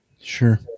Sure